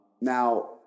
now